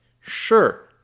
Sure